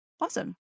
Awesome